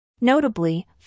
Notably